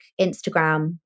Instagram